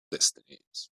destinies